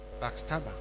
Backstabber